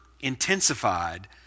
intensified